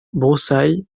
broussailles